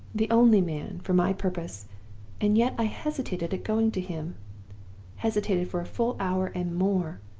the only man, for my purpose and yet i hesitated at going to him hesitated for a full hour and more,